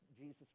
Jesus